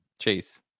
Chase